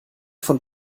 von